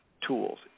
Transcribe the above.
tools